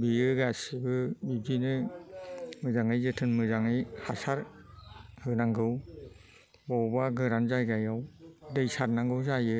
बेयो गासिबो बिदिनो मोजाङै जोथोन मोजाङै हासार होनांगौ बबावबा गोरान जायगायाव दै सारनांगौ जायो